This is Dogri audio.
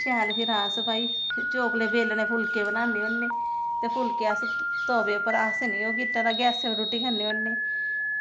शैल फिर अस भई चकले बेलने फुलके बनान्ने होन्ने ते फुलके अस तवे पर अस निं ओह् कीते दा कि गैसे पर रुट्टी खन्ने होन्ने